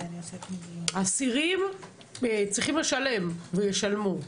אסירים צריכים לשלם, וישלמו,